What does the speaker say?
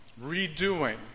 redoing